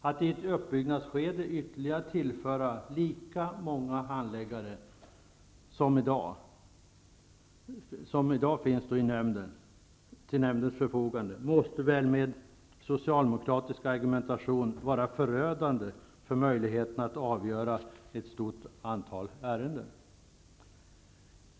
Att i ett uppbyggnadsskede tillföra ytterligare lika många handläggare som i dag står till nämndens förfogande måste väl med socialdemokratisk argumentation vara förödande för möjligheterna att avgöra ett stort antal ärenden.